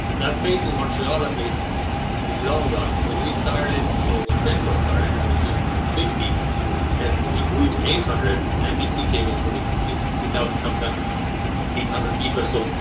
that phase in montreal, at least is long gone. when we started, when framestore started, that was there when we were fifty and we grew to eight hundred nbc came over with two so thousand eight hundred people. so,